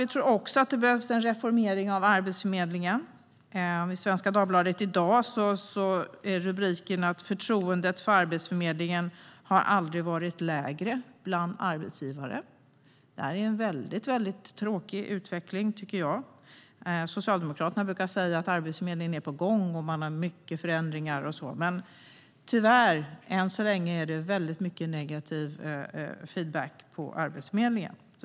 Vi tror också att det behövs en reformering av Arbetsförmedlingen. I Svenska Dagbladet i dag står det att förtroendet för Arbetsförmedlingen aldrig har varit lägre bland arbetsgivare. Det tycker jag är en väldigt tråkig utveckling. Socialdemokraterna brukar säga att Arbetsförmedlingen är på gång, har mycket förändringar och så, men tyvärr är det än så länge väldigt mycket negativ feedback för Arbetsförmedlingen.